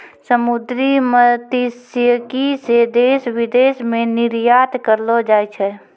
समुन्द्री मत्स्यिकी से देश विदेश मे निरयात करलो जाय छै